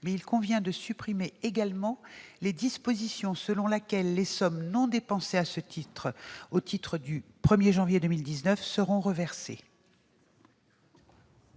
il convient de supprimer également les dispositions en vertu desquelles les sommes non dépensées à ce titre à compter du 1 janvier 2019 seront reversées.